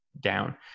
down